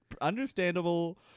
understandable